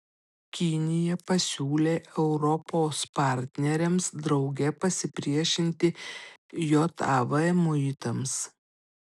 kinija pasiūlė europos partneriams drauge pasipriešinti jav muitams